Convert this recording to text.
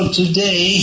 today